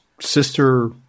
Sister